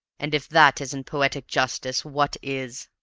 and if that isn't poetic justice, what is?